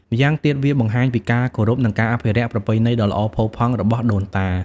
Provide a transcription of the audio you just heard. ម្យ៉ាងទៀត វាបង្ហាញពីការគោរព និងការអភិរក្សប្រពៃណីដ៏ល្អផូរផង់របស់ដូនតា។